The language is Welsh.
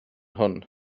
hwn